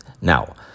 Now